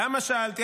למה שאלתי,